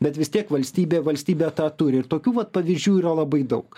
bet vis tiek valstybė valstybė tą turi ir tokių va pavyzdžių yra labai daug